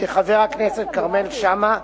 של חבר הכנסת כרמל שאמה,